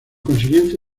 consiguiente